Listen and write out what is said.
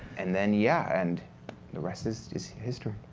and then yeah, and the rest is is history.